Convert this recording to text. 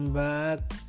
back